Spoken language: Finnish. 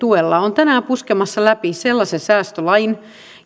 tänään puskemassa läpi sellaisen säästölain